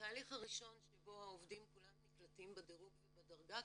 התהליך הראשון שבו העובדים כולם נקלטים בדירוג ובדרגה,